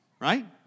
Right